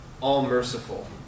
all-merciful